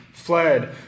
Fled